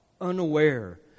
Unaware